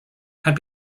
had